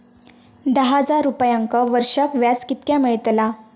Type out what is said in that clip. दहा हजार रुपयांक वर्षाक व्याज कितक्या मेलताला?